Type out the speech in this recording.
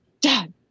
dad